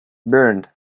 burned